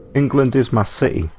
england is massie